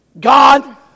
God